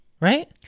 right